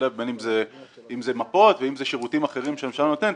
להשתלב בין אם זה מפות ואם זה שירותים אחרים שהממשלה נותנת,